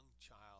child